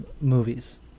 movies